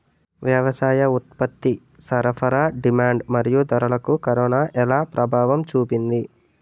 వ్యవసాయ ఉత్పత్తి సరఫరా డిమాండ్ మరియు ధరలకు కరోనా ఎలా ప్రభావం చూపింది